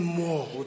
more